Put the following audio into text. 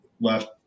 left